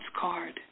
card